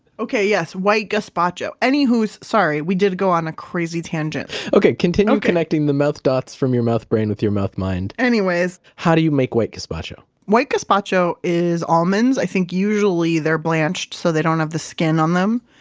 okay, yes, white gazpacho anywhos! sorry, we did go on a crazy tangent okay, continue connecting the mouth dots from your mouth brain with your mouth mind anyways how do you make white gazpacho? white gazpacho is almonds. i think usually they're blanched, so they don't have the skin on them.